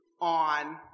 on